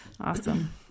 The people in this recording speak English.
Awesome